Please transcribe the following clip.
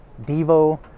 Devo